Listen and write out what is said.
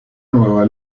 nueva